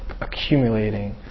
accumulating